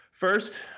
First